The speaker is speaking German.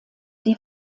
die